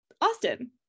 Austin